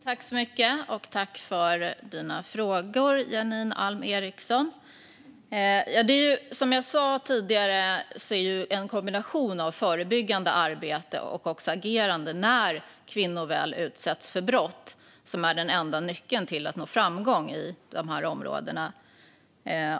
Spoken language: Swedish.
Fru talman! Jag tackar dig för dina frågor, Janine Alm Ericson. Som jag sa tidigare är en kombination av förebyggande arbete och agerande när kvinnor väl utsätts för brott den enda nyckeln till att nå framgång på områdena.